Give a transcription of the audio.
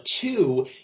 two